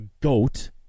goat